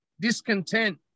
discontent